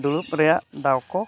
ᱫᱩᱲᱩᱵ ᱨᱮᱭᱟᱜ ᱫᱟᱣᱠᱚ